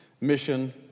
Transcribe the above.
mission